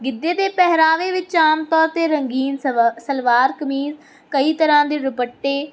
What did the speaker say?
ਗਿੱਧੇ ਦੇ ਪਹਿਰਾਵੇ ਵਿੱਚ ਆਮ ਤੌਰ 'ਤੇ ਰੰਗੀਨ ਸਵਾ ਸਲਵਾਰ ਕਮੀਜ਼ ਕਈ ਤਰ੍ਹਾਂ ਦੇ ਦੁਪੱਟੇ